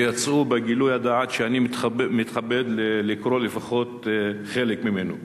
ויצאו בגילוי הדעת שאני מתכבד לקרוא לפחות חלק ממנו: